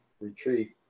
retreat